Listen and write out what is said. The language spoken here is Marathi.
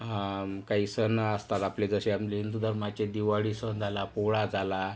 काही सण असतात आपले जसे आपली हिंदू धर्माचे दिवाळी सण झाला पोळा झाला